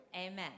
Amen